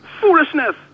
foolishness